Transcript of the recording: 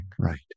right